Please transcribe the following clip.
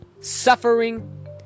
Suffering